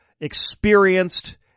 experienced